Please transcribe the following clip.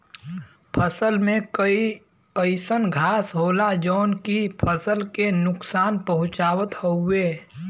फसल में कई अइसन घास होला जौन की फसल के नुकसान पहुँचावत हउवे